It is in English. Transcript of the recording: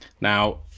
Now